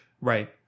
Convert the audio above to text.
Right